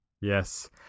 Yes